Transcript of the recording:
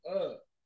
up